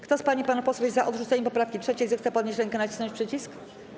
Kto z pań i panów posłów jest za odrzuceniem poprawki 3., zechce podnieść rękę i nacisnąć przycisk.